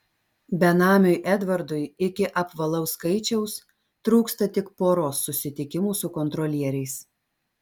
benamiui edvardui iki apvalaus skaičiaus trūksta tik poros susitikimų su kontrolieriais